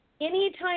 Anytime